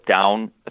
down